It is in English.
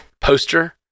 poster